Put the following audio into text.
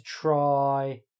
try